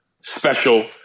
special